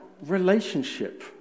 relationship